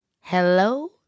hello